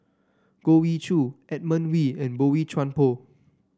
Goh Ee Choo Edmund Wee and Boey Chuan Poh